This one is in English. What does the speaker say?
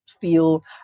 feel